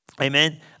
Amen